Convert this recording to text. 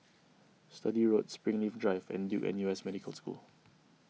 Sturdee Road Springleaf Drive and Duke N U S Medical School